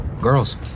Girls